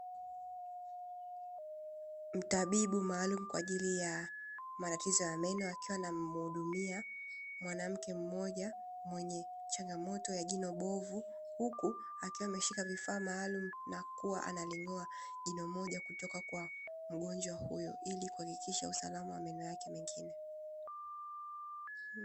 Mtabibu maalumu kwa ajili ya matatizo ya meno, akiwa anamhudumia mwanamke mmoja, mwenye changamoto ya jino bovu, huku akiwa ameshika vifaa maalumu na kuwa analing'oa jino mmoja kutoka kwa mgojwa huyo ili kuhakikisha uslama wa meno yake mengine.